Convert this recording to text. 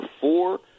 four